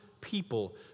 people